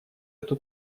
эту